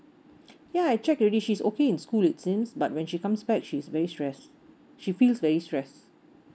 ya I check already she's okay in school it since but when she comes back she is very stress she feels very stress